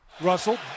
Russell